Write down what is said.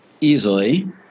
easily